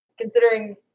Considering